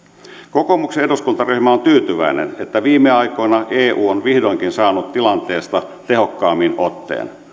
kokoomuksen eduskuntaryhmä on tyytyväinen että viime aikoina eu on vihdoinkin saanut tilanteesta tehokkaammin otteen